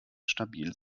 stabil